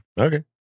Okay